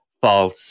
false